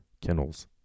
Kennels